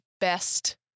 best